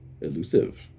elusive